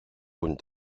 punt